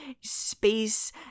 space